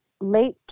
late